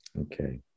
Okay